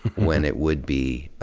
when it would be,